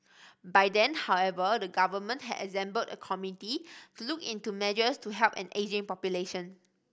by then however the government had assembled a committee to look into measures to help an ageing population